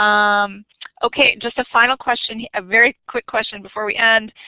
um okay, just a final question, yeah a very quick question before we end.